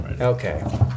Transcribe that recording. Okay